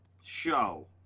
show